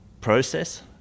process